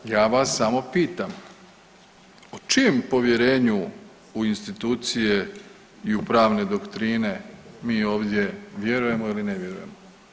Ja vas samo pitam o čijem povjerenju o institucije i u pravne doktrine mi ovdje vjerujemo ili ne vjerujemo?